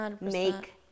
Make